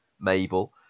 Mabel